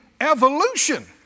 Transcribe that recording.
evolution